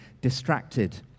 distracted